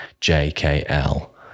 J-K-L